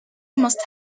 must